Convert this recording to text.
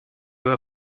were